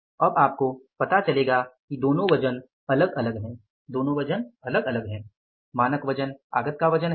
अब आपको पता चलेगा कि दोनों वजन अलग अलग हैं दोनों वजन अलग अलग हैं मानक वजन आगत का वजन है